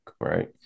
right